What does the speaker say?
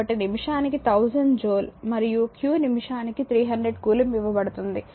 కాబట్టి నిమిషానికి 1000 జూల్ మరియు q నిమిషానికి 300 కూలుంబ్ ఇవ్వబడుతుంది